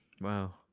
Wow